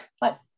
But-